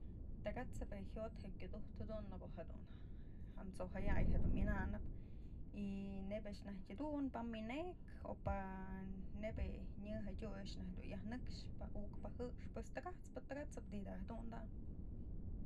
Takat'sëp je'e jyot je'e kyudujtë jedun amso'o jaya'ay jedun myënanëp y neyb a'ax najtyë jedun pë wynekë o pa'a neyb je'e nyë je'e tyu a'ax dun yaj nëkxë pa'a ukpë pa'a jëxpë pues takat'spë takasap dyj da'a jedun da'a.